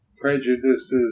prejudices